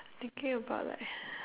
thinking about like